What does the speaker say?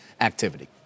activity